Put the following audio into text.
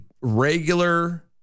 regular